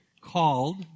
called